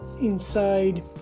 inside